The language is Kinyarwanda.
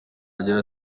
agira